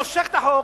מושך את החוק,